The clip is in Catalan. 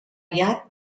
aviat